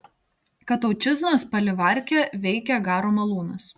kataučiznos palivarke veikė garo malūnas